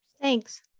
Thanks